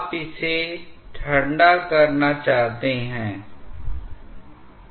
तो यह एक उच्च वेग को बढ़ा देता है और इसलिए दबाव में बदलाव होता है